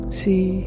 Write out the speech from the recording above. see